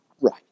Right